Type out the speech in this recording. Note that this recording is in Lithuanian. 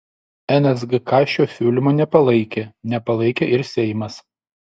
nsgk šio siūlymo nepalaikė nepalaikė ir seimas